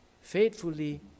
faithfully